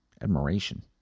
admiration